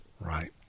Right